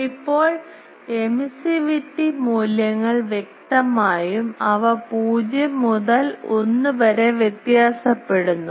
ഇപ്പോൾ എമിസിവിറ്റി മൂല്യങ്ങൾ വ്യക്തമായും അവ 0 മുതൽ 1 വരെ വ്യത്യാസപ്പെടുന്നു